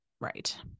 right